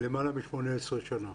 למעלה מ-18 שנה.